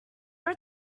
are